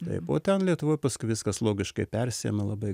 tai buvo ten lietuvoj paskui viskas logiškai persėjama labai